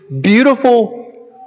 Beautiful